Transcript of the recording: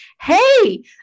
Hey